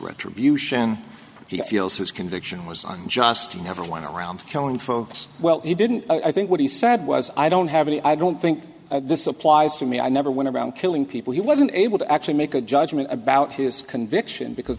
his conviction was on just never went around killing folks well he didn't i think what he said was i don't have any i don't think this applies to me i never went around killing people he wasn't able to actually make a judgment about his conviction because